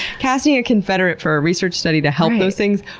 casting a confederate for a research study to help those things,